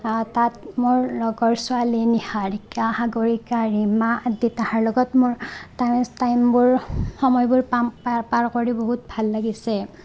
তাত মোৰ লগৰ ছোৱালী নীহাৰিকা সাগৰিকা ৰীমা তাহাৰ লগত মোৰ টাইম টাইমবোৰ সময়বোৰ পাম পাৰ কৰি বহুত ভাল লাগিছে